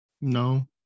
No